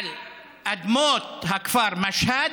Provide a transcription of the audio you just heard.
על אדמות הכפר משהד,